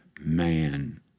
man